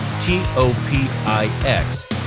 T-O-P-I-X